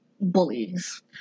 Bullies